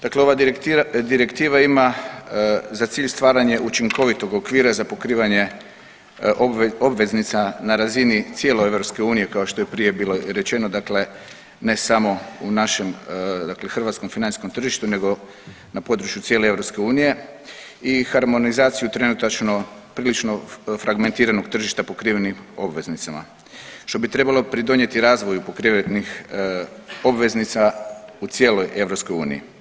Dakle ova direktiva ima za cilj stvaranje učinkovitog okvira za pokrivanje obveznica na razini cijele EU kao što je prije bilo rečeno, dakle ne samo u našem dakle hrvatskom financijskom tržištu nego na području cijele EU i harmonizaciju trenutačno prilično fragmentiranog tržišta pokrivenim obveznicama, što bi pridonijeti razvoju pokrivenih obveznica u cijeloj EU.